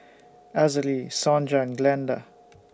Azalee Sonja and Glenda